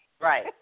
Right